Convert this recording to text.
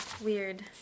Weird